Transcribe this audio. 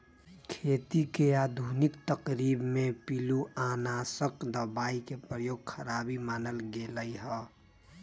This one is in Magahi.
खेती के आधुनिक तरकिब में पिलुआनाशक दबाई के प्रयोग खराबी मानल गेलइ ह